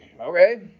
Okay